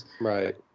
Right